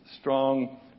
strong